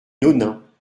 nonains